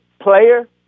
player